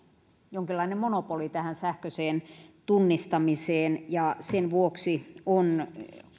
jonkinlainen monopoli tähän sähköiseen tunnistamiseen ja sen vuoksi